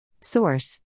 Source